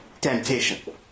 Temptation